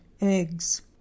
eggs